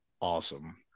awesome